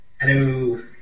Hello